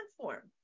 platform